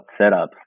setup